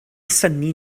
synnu